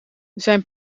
zijn